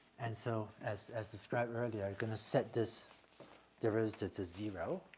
and so as as described earlier, i'm gonna set this derivative to zero.